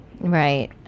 right